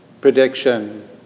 prediction